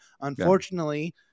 unfortunately